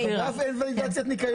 אין ולידציית ניקיון.